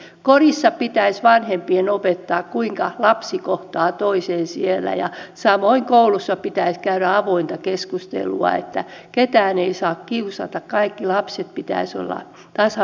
kodissa pitäisi vanhempien opettaa kuinka lapsi kohtaa toisen ja samoin koulussa pitäisi käydä avointa keskustelua että ketään ei saa kiusata kaikkien lapsien pitäisi olla tasavertaisia